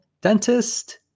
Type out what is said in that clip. dentist